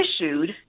issued